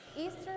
Easter